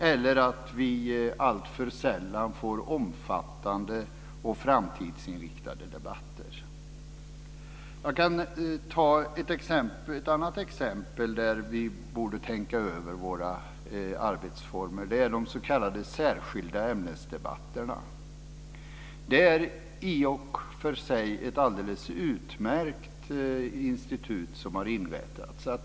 Vi får alltför sällan omfattande och framtidsinriktade debatter. Jag kan ta ett annat exempel där vi borde tänka över våra arbetsformer. Det är de s.k. särskilda ämnesdebatterna. Det är i och för sig ett alldeles utmärkt institut som har inrättats.